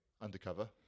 undercover